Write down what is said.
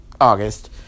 August